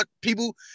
people